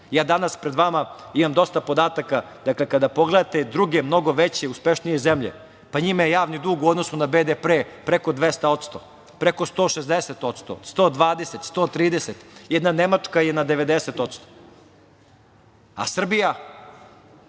danas pred vama imam dosta podataka. Kada pogledate druge mnogo veće i uspešnije zemlje, pa njima je javni dug u odnosu na BDP preko 200%, preko 160%, 120%, 130%, jedna Nemačka je na 90%, a Srbija